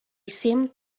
seemed